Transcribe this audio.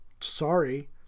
sorry